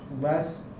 less